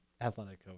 Athletic